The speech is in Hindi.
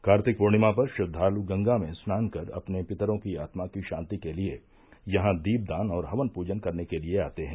कार्तिक पूर्णिमा पर श्रद्वालू गंगा में स्नान कर अपने पित्तरों की आत्मा की शांति के लिये यहां दीपदान और हवन पूजन करने के लिए आते हैं